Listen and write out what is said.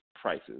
prices